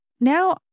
Now